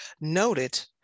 noted